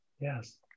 Yes